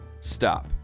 Stop